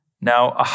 Now